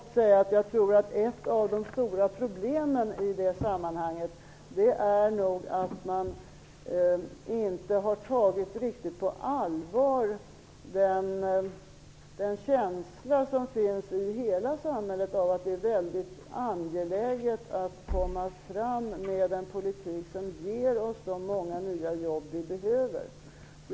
Ett av de stora problemen i det sammanhanget är nog att man inte riktigt har tagit den känsla på allvar som finns i hela samhället, nämligen att det är väldigt angeläget att komma med en politik som ger oss de många nya jobb som vi behöver.